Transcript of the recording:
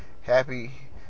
Happy